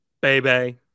baby